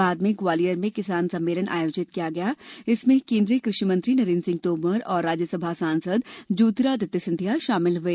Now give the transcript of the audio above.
बाद में ग्वालियर में किसान सम्मेलन आयोजित किया गया इसमें केंद्रीय कृषि मंत्री नरेंद्र सिंह तोमर और राज्यसभा सांसद ज्योतिरादित्य सिंधिया शामिल हुए